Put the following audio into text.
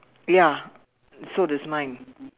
ya so there's nine